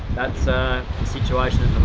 that's the situation at